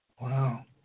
Wow